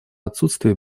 отсутствия